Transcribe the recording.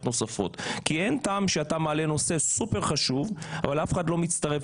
נוספות כי אין טעם שאתה מעלה נושא סופר-חשוב אבל אף אחד לא מצטרף